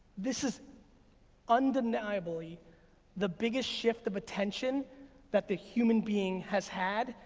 this is undeniably the biggest shift of attention that the human being has had.